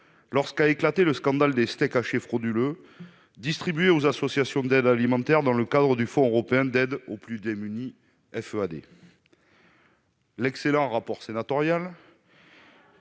lorsqu'a éclaté le scandale des steaks hachés frauduleux distribués aux associations d'aide alimentaire dans le cadre du Fonds européen d'aide aux plus démunis (FEAD). L'excellent rapport sénatorial